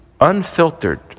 unfiltered